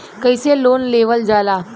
कैसे लोन लेवल जाला?